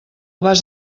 vas